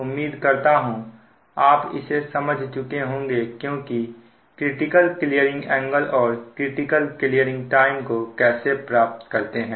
उम्मीद करता हूं आप इसे समझ चुके होंगे कि क्रिटिकल क्लीयरिंग एंगल और क्रिटिकल क्लीयरिंग टाइम को कैसे प्राप्त करते हैं